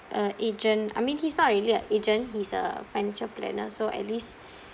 a agent I mean he's not really a agent he's a financial planner so at least